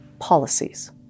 policies